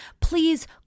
please